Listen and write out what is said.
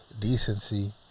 decency